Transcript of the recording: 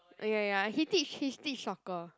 oh ya ya he teach he teach soccer